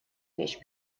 вещь